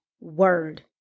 word